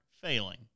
failing